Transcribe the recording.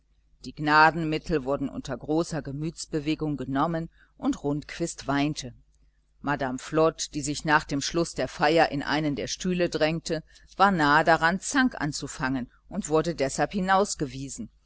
die gnadenmittel wurden unter großer gemütsbewegung genommen und rundquist weinte madame flod die sich nach schluß der feier in einen der stühle drängte war nahe daran zank anzufangen und wurde deshalb